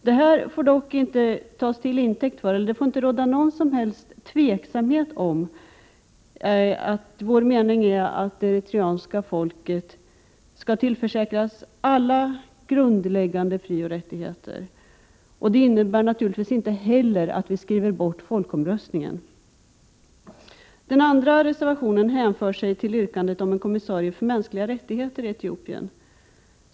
Det får dock inte råda någon som helst tveksamhet om vår mening att det eritreanska folket skall tillförsäkras alla grundläggande frioch rättigheter, och det innebär naturligtvis inte heller att vi skriver bort folkomröstningen. Den andra reservationen hänför sig till yrkandet om en kommissarie för mänskliga rättigheter i Etiopien.